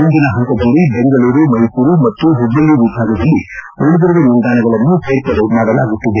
ಮುಂದಿನ ಹಂತದಲ್ಲಿ ಬೆಂಗಳೂರು ಮೈಸೂರು ಮತ್ತು ಹುಬ್ಬಳ್ಳಿ ವಿಭಾಗದಲ್ಲಿ ಉಳಿದಿರುವ ನಿಲ್ದಾಣಗಳನ್ನು ಸೇರ್ಪಡೆ ಮಾಡಲಾಗುತ್ತಿದೆ